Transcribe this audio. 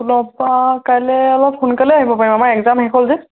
স্কুলৰ পৰা কাইলে অলপ সোনকালে আহিব পাৰিম আমাৰ এক্জাম শেষ হ'ল যে